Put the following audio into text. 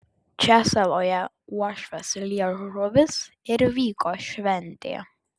čia saloje uošvės liežuvis ir vyko šventė